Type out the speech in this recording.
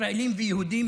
ישראלים ויהודים,